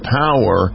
power